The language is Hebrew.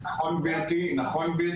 נכון, גברתי.